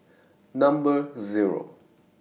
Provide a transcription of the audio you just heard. Number Zero